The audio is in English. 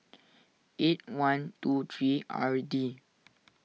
eight one two three R D